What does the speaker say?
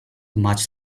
much